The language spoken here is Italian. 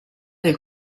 del